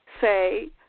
say